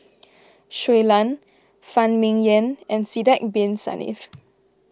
Shui Lan Phan Ming Yen and Sidek Bin Saniff